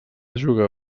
jugar